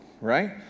right